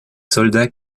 soldats